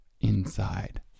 inside